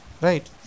Right